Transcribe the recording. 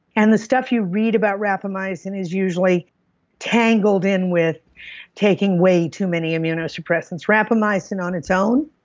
and the stuff you read about rapamycin is usually tangled in with taking way too many immunosuppressants. rapamycin on its own